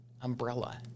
umbrella